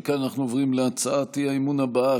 מכאן אנחנו עוברים להצעת האי-אמון הבאה,